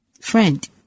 Friend